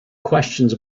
questions